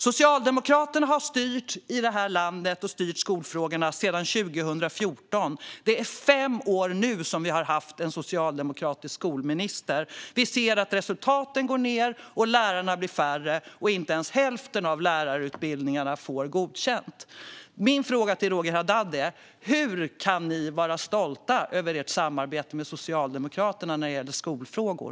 Socialdemokraterna har styrt detta land och skolfrågorna sedan 2014. Vi har nu haft en socialdemokratisk skolminister i fem år, och vi ser att resultaten går ned, att lärarna blir färre och att inte ens hälften av lärarutbildningarna får godkänt. Min fråga till Roger Haddad är: Hur kan ni vara stolta över ert samarbete med Socialdemokraterna när det gäller skolfrågor?